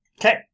Okay